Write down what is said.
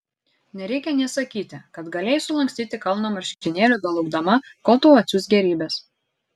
nereikia nė sakyti kad galėjai sulankstyti kalną marškinėlių belaukdama kol tau atsiųs gėrybes